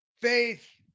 faith